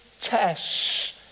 tests